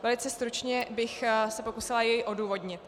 Velice stručně bych se pokusila jej odůvodnit.